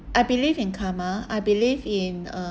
I believe in karma I believe in um